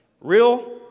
Real